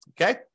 Okay